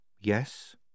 Yes